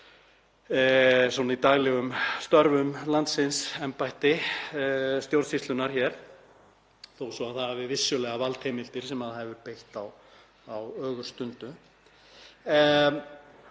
svona í daglegum störfum landsins, stjórnsýslunnar hér, þó svo að það hafi vissulega valdheimildir sem það hefur beitt á ögurstundu.